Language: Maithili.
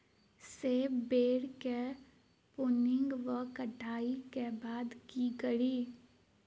सेब बेर केँ प्रूनिंग वा कटाई केँ बाद की करि?